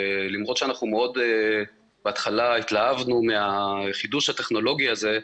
ולמרות שבהתחלה התלהבנו מהחידוש הטכנולוגי הזה,